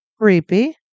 creepy